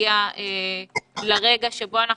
שנגיע לרגע בו אנחנו